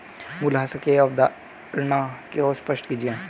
मूल्यह्रास की अवधारणा को स्पष्ट कीजिए